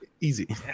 Easy